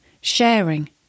sharing